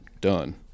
done